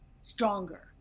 stronger